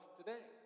today